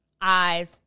eyes